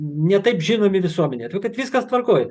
ne taip žinomi visuomenei todėl kad viskas tvarkoj